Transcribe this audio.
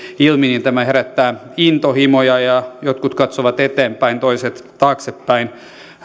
ilmi tämä herättää intohimoja ja jotkut katsovat eteenpäin toiset taaksepäin